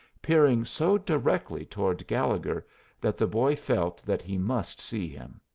peering so directly toward gallegher that the boy felt that he must see him.